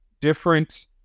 different